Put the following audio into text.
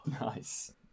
nice